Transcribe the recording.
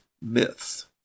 myths